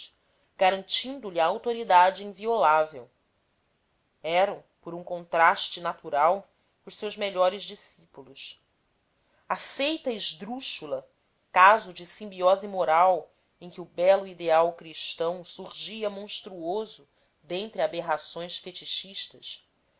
garantindo lhe a autoridade inviolável eram por um contraste natural os seus melhores discípulos a seita esdrúxula caso de simbiose moral em que o belo ideal cristão surgia monstruoso dentre aberrações fetichistas